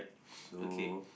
so